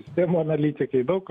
sistemų analitikai daug